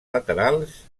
laterals